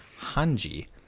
Hanji